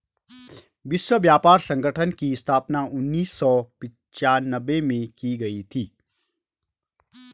विश्व व्यापार संगठन की स्थापना उन्नीस सौ पिच्यानवे में की गई थी